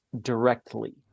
directly